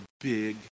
big